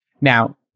Now